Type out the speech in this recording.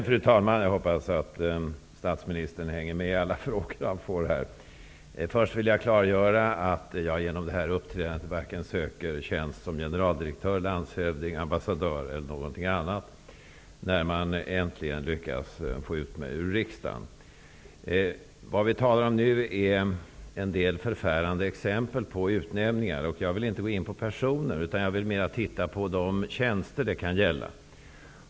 Fru talman! Jag hoppas att statsministern hänger med i alla frågor han får här. Först vill jag göra klart att jag, med tanke på mitt uppträdande här, inte har för avsikt att söka tjänst som generaldirektör, landshövding, ambassadör eller något annat när man äntligen lyckas få mig ut ur riksdagen. Vi talar nu om en del förfärande exempel på utnämningar. Jag vill inte gå in på personer. Jag vill mer titta på de tjänster den här frågan gäller.